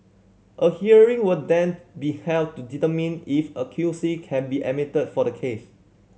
a hearing will then be held to determine if a Q C can be admitted for the case